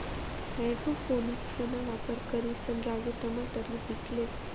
हाइड्रोपोनिक्सना वापर करिसन राजू टमाटरनं पीक लेस